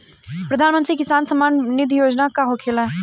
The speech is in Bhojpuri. प्रधानमंत्री किसान सम्मान निधि योजना का होखेला?